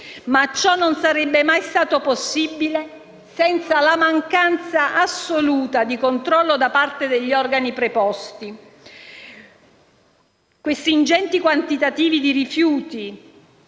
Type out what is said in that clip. Ma ciò non sarebbe mai stato possibile senza la mancanza assoluta di controllo da parte degli organi preposti. Questi ingenti quantitativi di rifiuti